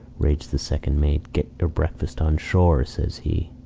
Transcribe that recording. raged the second mate. get your breakfast on shore, says he.